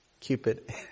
Cupid